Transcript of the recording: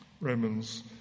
Romans